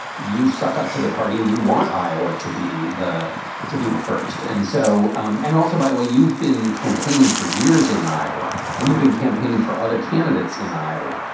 suck up to the party and you want iowa to be the to be the first. and so. um and also, by the way, you've been campaigning for years in iowa and you've been campaigning for other candidates in iowa.